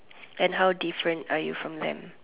and how different are you from them